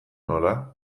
nola